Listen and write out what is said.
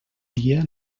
dia